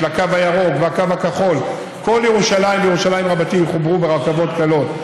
הקו הירוק והקו הכחול: כל ירושלים וירושלים רבתי יחוברו ברכבות קלות,